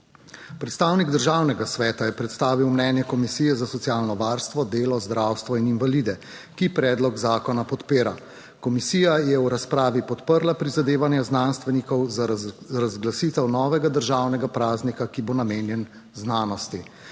Predstavnik Državnega sveta je predstavil mnenje Komisije za socialno varstvo, delo, zdravstvo in invalide, ki predlog zakona podpira. Komisija je v razpravi podprla prizadevanja znanstvenikov za razglasitev novega državnega praznika, ki bo namenjen znanosti.